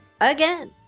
again